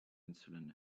insulin